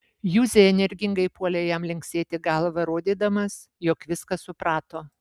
juzė energingai puolė jam linksėti galva rodydamas jog viską suprato